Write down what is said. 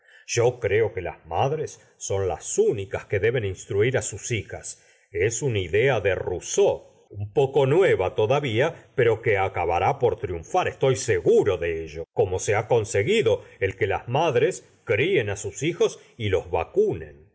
yo creo que las madres son las úi licas que deben instruir á sus hijas es una idea de rousseau un poco nueva todavía pero que acabará por triunfar estoy seguro de ello como se ha conseguido el que las madres críen á sus hijos y los vacunen